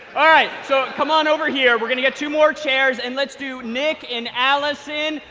all right, so come on over here. we're going to get two more chairs and let's do nick, and alison,